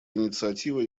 инициатива